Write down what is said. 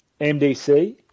MDC